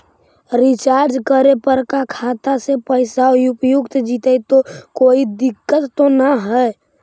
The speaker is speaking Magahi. रीचार्ज करे पर का खाता से पैसा उपयुक्त जितै तो कोई दिक्कत तो ना है?